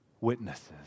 witnesses